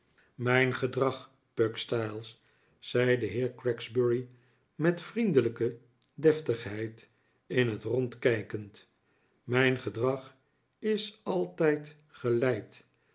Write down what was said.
mijn gedrag pugstyles zei de heer gregsbury met vriendelijke deftigheid in het rond kijkend mijn gedrag is altijd geleid